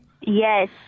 Yes